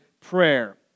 Prayer